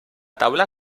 taula